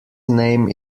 name